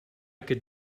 could